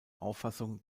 auffassung